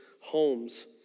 homes